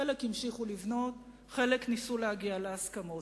חלק המשיכו לבנות, חלק ניסו להגיע להסכמות.